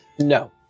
No